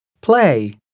Play